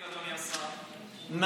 אדוני השר, מה זו ביקורת עניינית?